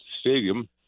stadium